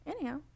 Anyhow